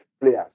Players